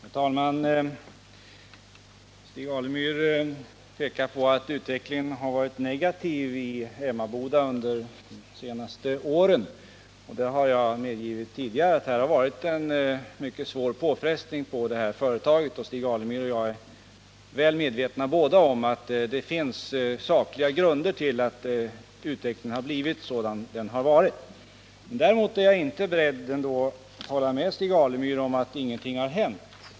Herr talman! Stig Alemyr visar på att utvecklingen i Emmaboda varit negativ under de senaste åren. Det har jag medgivit tidigare. Det har varit en mycket svår påfrestning på det här företaget. Stig Alemyr och jag är båda väl medvetna om att det finns sakliga grunder till denna utveckling. Däremot är jag inte beredd att hålla med Stig Alemyr om att ingenting har hänt.